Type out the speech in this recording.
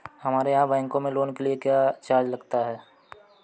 हमारे यहाँ बैंकों में लोन के लिए क्या चार्ज लगता है?